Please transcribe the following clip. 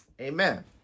Amen